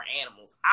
animals